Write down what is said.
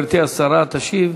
גברתי השרה תשיב.